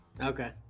Okay